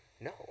No